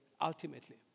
ultimately